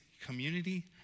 community